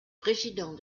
président